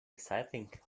exciting